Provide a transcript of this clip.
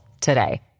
today